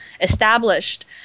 established